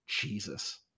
Jesus